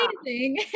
amazing